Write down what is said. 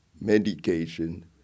Medication